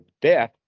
death